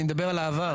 אני מדבר על העבר.